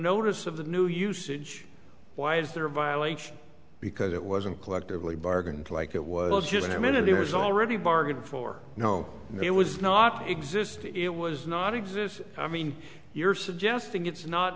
notice of the new usage why is there a violation because it wasn't collectively bargained like it was just in a minute it was already bargained for no it was not existing it was not exist i mean you're suggesting it's not